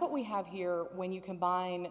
what we have here when you combine